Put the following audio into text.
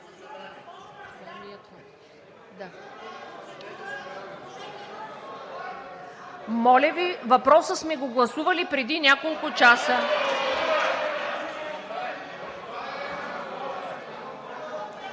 Моля Ви, въпроса сме го гласували преди няколко часа!